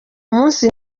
munsi